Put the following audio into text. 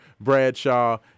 Bradshaw